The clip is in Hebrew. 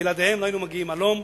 בלעדיהם לא היינו מגיעים עד הלום,